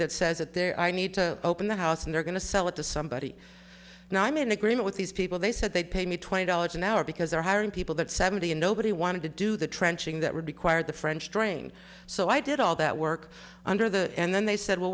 that says that there i need to open the house and they're going to sell it to somebody and i'm in agreement with these people they said they'd pay me twenty dollars an hour because they're hiring people that seventy and nobody wanted to do the trenching that would be quire the french drain so i did all that work under the and then they said well